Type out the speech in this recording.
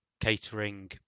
catering